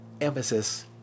emphasis